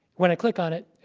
when i click on it.